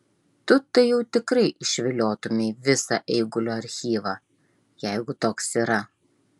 tu tai jau tikrai išviliotumei visą eigulio archyvą jeigu toks yra